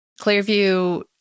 Clearview